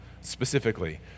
specifically